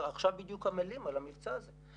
עכשיו בדיוק עמלים על המבצע הזה.